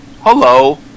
Hello